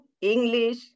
English